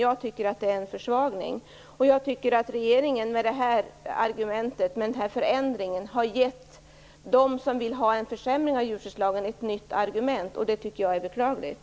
Jag tycker att det är en försvagning, och jag tycker att regeringen med denna förändring har gett dem som vill ha en försämring av djurskyddslagen ett nytt argument, vilket är beklagligt.